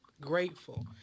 Grateful